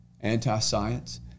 anti-science